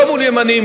לא מול ימנים,